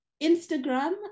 Instagram